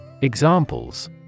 Examples